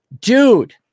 dude